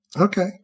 Okay